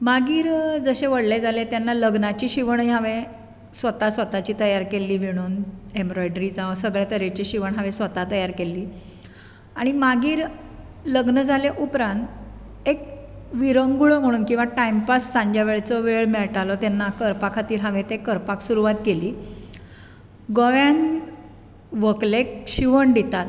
मागीर जशें व्हडलें जालें तेन्ना लग्नाची शिवणय हांवें स्वता स्वाताची तयार केली हांवें विणून एम्बरोय्ड्री जावं सगळे तरेची शिवण हांवें स्वता तयार केल्ली आनी मागीर लग्न जाले उपरांत एक विरंगूळ म्हूण किंवा टायम पास सांजेवेळाचो वेळ मेळटालो तेन्ना करपा खातीर हांवें तें करपाक सुरवात केली गोंयांत व्हकलेक शिवण दितात